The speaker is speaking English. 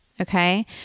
Okay